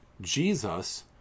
Jesus